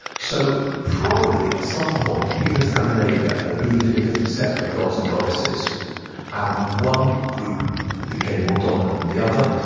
so probably, at some point, people in scandinavia believed in a different set of gods and goddesses and one group became more dominant than the other.